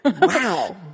Wow